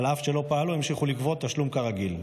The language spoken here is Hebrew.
אף שלא פעלו, המשיכו לגבות תשלום כרגיל.